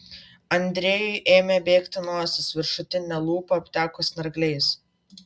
andrejui ėmė bėgti nosis viršutinė lūpa apteko snargliais